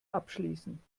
abschließen